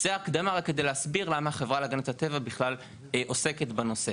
זה הקדמה רק כדי להסביר למה החברה להגנת הטבע בכלל עוסקת בנושא.